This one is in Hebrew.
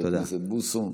חבר הכנסת בוסו.